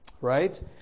Right